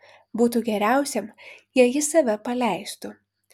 būtų geriausiam jei jis save paleistų